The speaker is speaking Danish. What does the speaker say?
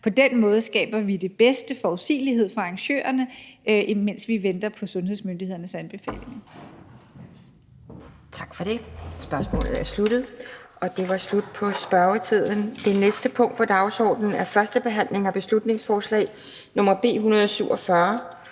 på den måde skaber den bedste forudsigelighed for arrangørerne, imens vi venter på sundhedsmyndighedernes anbefalinger.